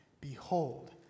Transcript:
Behold